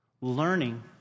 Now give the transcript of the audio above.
learning